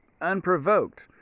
unprovoked